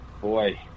boy